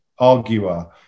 arguer